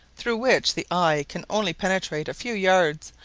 through which the eye can only penetrate a few yards,